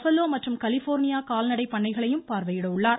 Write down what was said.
பல்லோ மற்றும் கலிபோர்னியா கால்நடை பண்ணைகளை பார்வையிடவுள்ளார்